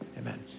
Amen